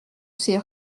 ses